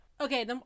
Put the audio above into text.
Okay